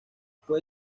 fue